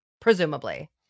presumably